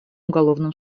уголовным